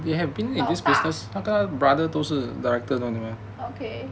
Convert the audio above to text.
老大